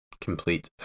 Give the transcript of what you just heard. complete